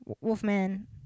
wolfman